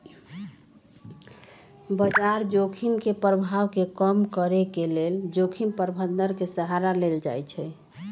बजार जोखिम के प्रभाव के कम करेके लेल जोखिम प्रबंधन के सहारा लेल जाइ छइ